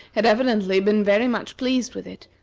had evidently been very much pleased with it,